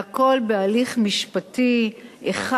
והכול בהליך משפטי אחד,